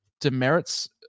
demerits